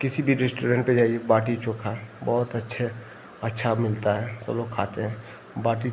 किसी भी रेस्टोरेन्ट पर जाइए बाटी चोख़ा बहुत अच्छे अच्छा मिलता है सब लोग खाते हैं बाटी